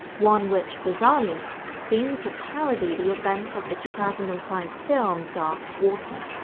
one which bizarrely seemed to parody the events of the two thousand and five film dark water.